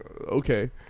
Okay